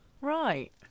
Right